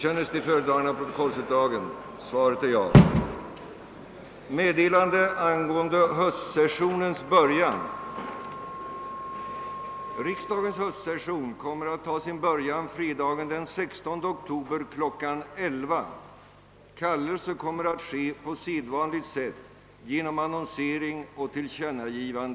Ärade kammarledamöter!